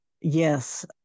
Yes